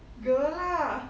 girl lah